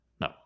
no